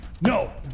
No